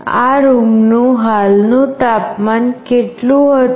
આ રૂમનું હાલનું તાપમાન કેટલું હતું